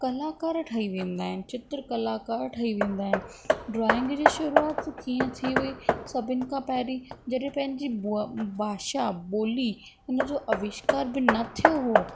कलाकार ठही वेंदा आहिनि चित्रकार ठही वेंदा आहिनि ड्राइंग जी शुरूआति कीअं थी हुई सभिनि खां पहिरीं जॾहिं पंहिंजी बो भाषा ॿोली उन जो अविष्कार बि न थियो हो